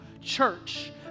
church